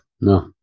no